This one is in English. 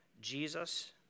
Jesus